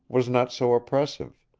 was not so oppressive.